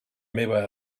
meva